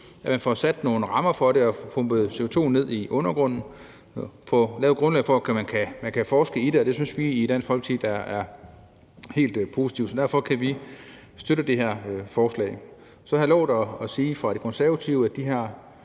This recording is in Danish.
det. Vi får sat nogle rammer for at pumpe CO2 ned i undergrunden og får lavet et grundlag for, at man kan forske i det, og det synes vi da i Dansk Folkeparti er helt positivt. Så derfor kan vi støtte det her forslag. Så har jeg lovet at sige fra De Konservative, at de